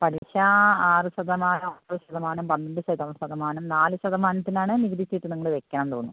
പലിശാ ആറ് ശതമാനം ഒമ്പത് ശതമാനം പന്ത്രണ്ട് ശതമാനം നാലു ശതമാനത്തിനാണെങ്കിൽ നികുതി ചീട്ട് നിങ്ങൾ വെക്കണം തോന്നുന്നു